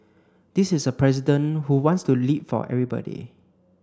this is a president who wants to lead for everybody